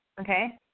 Okay